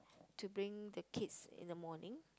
to bring the kids in the morning